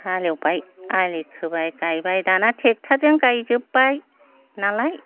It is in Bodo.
हालएवबाय आलि खोबाय गायबाय दाना ट्रेक्टारजों गायजोब्बायनालाय